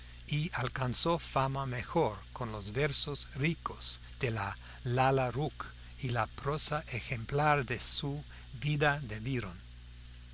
y alcanzó fama mejor con los versos ricos de su lalla rookh y la prosa ejemplar de su vida de